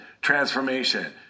transformation